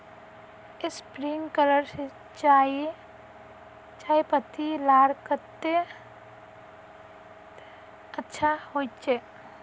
Sprinkler सिंचाई चयपत्ति लार केते अच्छा होचए?